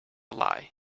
lie